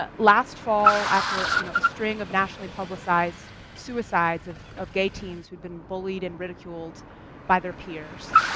ah last fall, after you know a string of nationally publicized suicides of of gay teens, who'd been bullied and ridiculed by their peers,